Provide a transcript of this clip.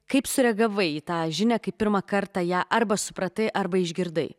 kaip sureagavai į tą žinią kai pirmą kartą ją arba supratai arba išgirdai